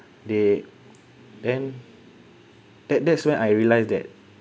they then that that's when I realised that